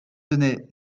tenait